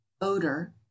odor